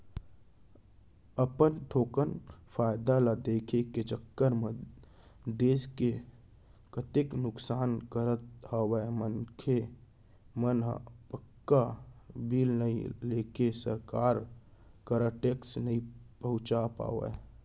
अपन थोकन फायदा ल देखे के चक्कर म देस के कतेक नुकसान करत हवय मनसे मन ह पक्का बिल नइ लेके सरकार करा टेक्स नइ पहुंचा पावय